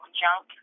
junk